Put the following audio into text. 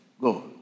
go